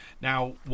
Now